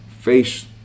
face